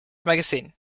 magazine